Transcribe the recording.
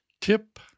Tip